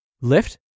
lift